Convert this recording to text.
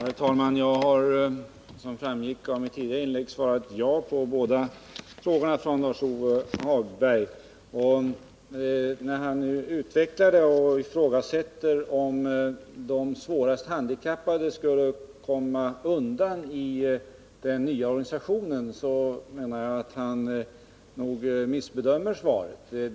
Herr talman! Jag har, som framgick av mitt tidigare inlägg, svarat ja på båda 97 När han nu utvecklade sitt resonemang och befarade att de svårast handikappade skulle komma bort i den nya organisationen anser jag att han missbedömer svaret.